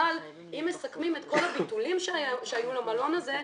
אם מסכמים את כל הביטולים שהיו למלון הזה,